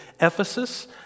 Ephesus